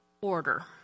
order